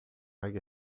águia